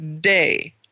day